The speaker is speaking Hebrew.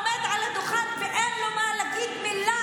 עומד על הדוכן ואין לו מה להגיד מילה